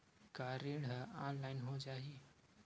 का ऋण ह ऑनलाइन हो जाही?